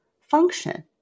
function